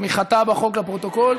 תמיכתה בחוק, לפרוטוקול.